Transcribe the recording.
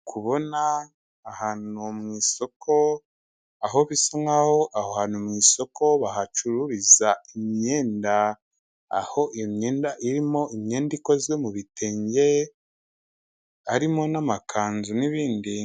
Kubona ahantu mu isoko aho bisa nk'aho aho hantu mu isoko bahacururiza imyenda aho iyo myenda irimo imyenda ikozwe mu bitenge harimo n'amakanzu n'ibindi.